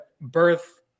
birth